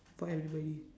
for everybody